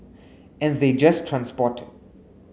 and they just transport it